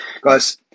guys